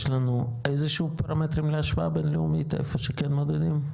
יש לנו איזשהו פרמטרים להשוואה בינלאומית איפה שכן מודדים?